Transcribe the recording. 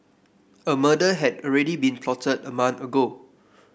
a murder had already been plotted a month ago